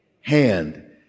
Hand